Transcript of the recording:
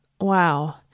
wow